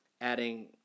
Adding